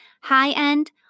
high-end